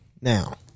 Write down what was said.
Now